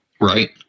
Right